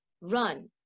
run